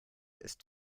ist